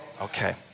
Okay